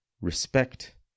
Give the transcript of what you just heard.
respect